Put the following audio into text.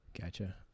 Gotcha